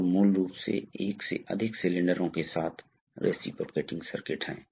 इसलिए हम सिलेंडर के बारे में बाद में बात कर सकते हैं